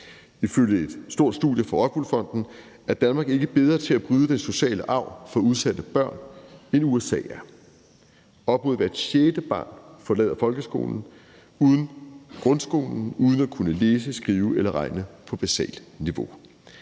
Ifølge et stort studie fra ROCKWOOL Fonden er Danmark ikke bedre til at bryde den sociale arv for udsatte børn, end USA er. Op mod hvert sjette barn forlader folkeskolen, grundskolen, uden at kunne læse, skrive eller regne på basalt niveau.